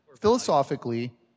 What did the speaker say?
Philosophically